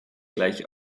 gleich